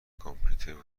کامپیوترم